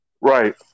Right